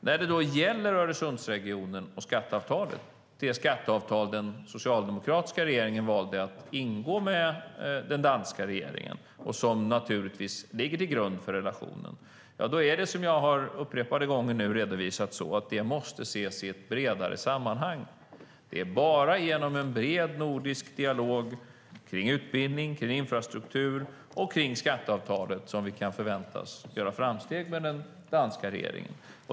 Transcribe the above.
När det gäller Öresundsregionen och skatteavtalet - det skatteavtal som den socialdemokratiska regeringen valde att ingå med den danska regeringen och som ligger till grund för relationen - måste det, som jag nu upprepade gånger har redovisat, ses i ett bredare sammanhang. Det är bara genom en bred nordisk dialog om utbildning, infrastruktur och skatteavtalet som vi kan förväntas göra framsteg med den danska regeringen.